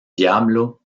diablo